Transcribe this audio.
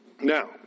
Now